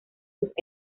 sus